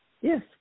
Yes